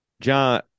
John